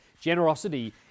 generosity